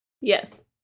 Yes